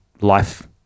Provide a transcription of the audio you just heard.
life